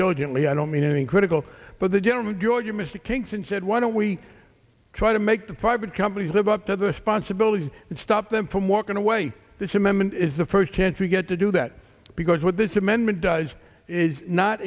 diligently i don't mean anything critical but the general george you missed the kinks and said why don't we try to make the private companies live up to the sponsibility and stop them from walking away this amendment is the first chance we get to do that because what this amendment does is not